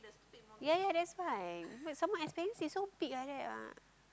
ya ya that's why wait some more expensive so big like that [what]